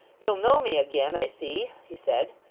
you'll know me again, i see he said,